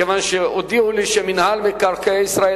מכיוון שהודיעו לי שמינהל מקרקעי ישראל